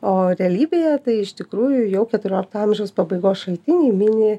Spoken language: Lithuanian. o realybėje tai iš tikrųjų jau keturiolikto amžiaus pabaigos šaltiniai mini